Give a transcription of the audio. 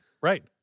right